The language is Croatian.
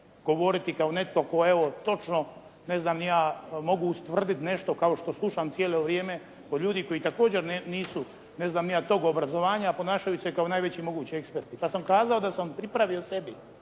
govoriti kao netko tko evo, točno ne znam ni ja, mogu ustvrdit nešto kao što slušam cijelo vrijeme, ljudi koji također nisu ne znam ni ja, tog obrazovanja, a ponašaju se kao najveći mogući eksperti. Kad sam kazao da sam pripravio sebi